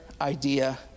idea